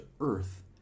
earth